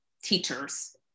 teachers